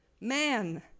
Man